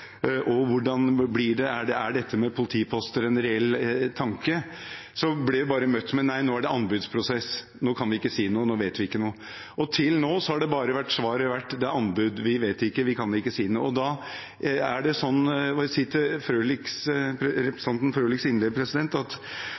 det blir og om dette med politiposter er en reell tanke, ble vi bare møtt med nei, nå er det anbudsprosess, nå kan vi ikke si noe, nå vet vi ikke noe. Til nå har svaret vært: Det er anbud, vi vet ikke, vi kan ikke si noe. Da vil jeg si til representanten Frølich at jeg ber om at